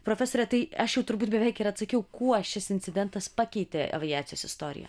profesore tai aš jau turbūt beveik ir atsakiau kuo šis incidentas pakeitė aviacijos istoriją